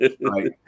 right